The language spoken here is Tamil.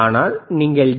ஆனால் நீங்கள் டி